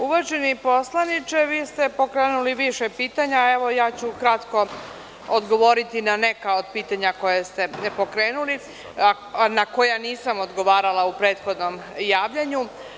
Uvaženi poslaniče, vi ste pokrenuli više pitanja, a ja ću kratko odgovoriti ne neka od pitanja koja ste pokrenuli, a na koja nisam odgovarala u prethodnom javljanju.